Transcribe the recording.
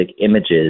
images